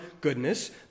goodness